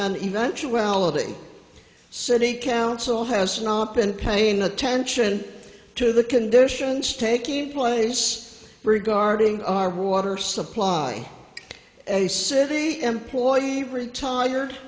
an eventuality city council has not been paying attention to the conditions taking place regarding our water supply a city employee retired